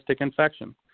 infection